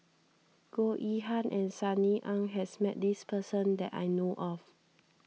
Goh Yihan and Sunny Ang has met this person that I know of